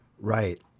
Right